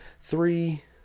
three